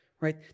right